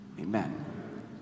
Amen